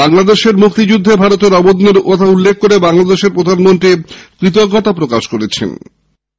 বাংলাদেশের মুক্তিযুদ্ধে ভারতের অবদান এর কথা উল্লেখ করে বাংলাদেশের প্রধানমন্ত্রী কৃতজ্ঞতা প্রকাশ করেছেন